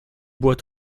boit